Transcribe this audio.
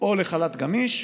או לחל"ת גמיש,